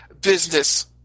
business